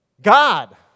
God